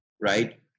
right